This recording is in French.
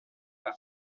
par